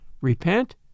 Repent